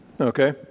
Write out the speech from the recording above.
Okay